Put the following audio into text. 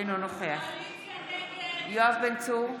אינו נוכח יואב בן צור,